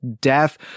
death